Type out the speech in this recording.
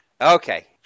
Okay